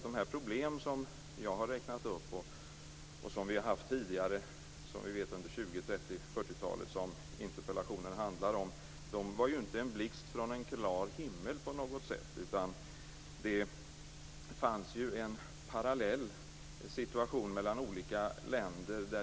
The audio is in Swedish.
De problem som jag har räknat upp, som vi har haft tidigare under 20-, 30 och 40-talen och som interpellationen handlar om kom inte som en blixt från en klar himmel på något sätt. Det fanns en parallell situation i olika länder.